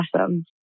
awesome